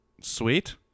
sweet